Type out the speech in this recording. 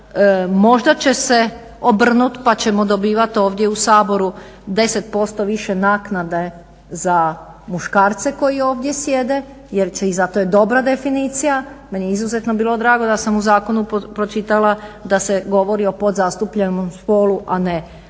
možda će se obrnuti pa ćemo dobivati ovdje u Saboru 10% više naknade za muškarce koji ovdje sjede jer će i zato je dobra definicija, meni je izuzetno bilo drago da sam u zakonu pročitala da se govori o podzastupljenom spolu, a ne